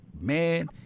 man